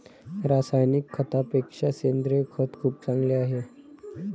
रासायनिक खतापेक्षा सेंद्रिय खत खूप चांगले आहे